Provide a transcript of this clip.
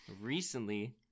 recently